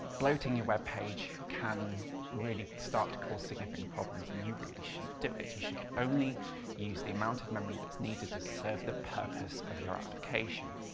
bloating your webpage can really start to cause significant problems and you really shouldn't do it. you should only use the amount of memory that's needed to serve the purpose of your application.